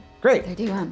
Great